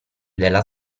della